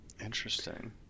Interesting